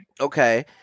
Okay